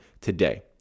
today